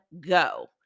go